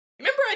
Remember